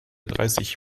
dreißig